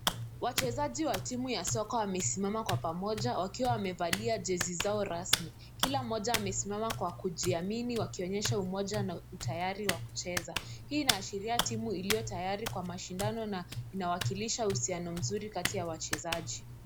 Wachezaji wa timu ya soka wamesimama kwa pamoja wakiwa wamevalia jezi zao rasmi. Kila mmoja amesimama kwa kujiamini wakionyesha umoja na utayari wa kucheza. Hii inaashiria timu iliyo tayari kwa mashindano na inawakilisha uhusiano mzuri kati ya wachezaji.